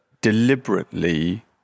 deliberately